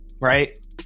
right